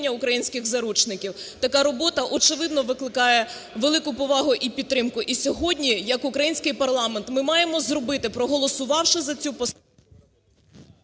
Така робота, очевидно, викликає велику повагу і підтримку. І сьогодні як український парламент ми маємо зробити, проголосувавши за цю…